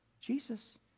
Jesus